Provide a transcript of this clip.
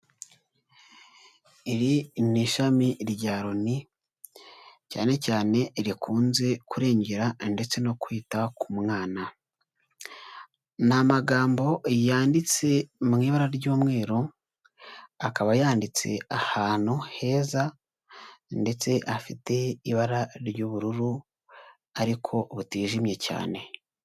Iri ni ishami rya Loni cyane cyane rikunze kurengera ndetse no kwita ku mwana. Ni amagambo yanditse mu ibara ry'umweru, akaba yanditse ahantu heza ndetse afite ibara ry'ubururu ariko butijimye cyane.